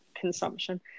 consumption